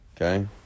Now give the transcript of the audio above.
Okay